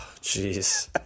jeez